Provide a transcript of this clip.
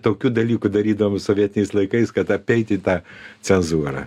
tokių dalykų darydavom sovietiniais laikais kad apeiti tą cenzūrą